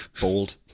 bold